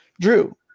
Drew